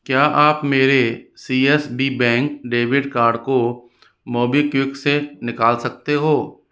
क्या आप मेरे C S B bank debit card को मोबीक्युक से निकाल सकते हो